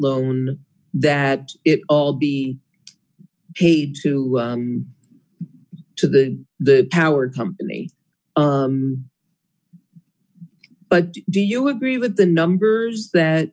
long that it all be paid to to the the power company but do you agree with the numbers that